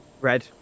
red